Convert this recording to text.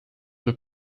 were